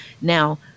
now